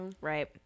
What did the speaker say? right